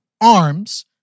arms